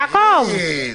וככה היה גם באיכוני השב"כ.